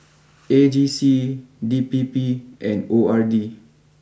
A G C D P P and O R D